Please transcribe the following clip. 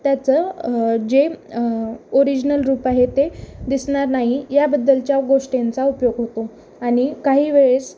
त्याचं जे ओरिजिनल रूप आहे ते दिसणार नाही याबद्दलच्या गोष्टींचा उपयोग होतो आणि काही वेळेस